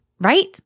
right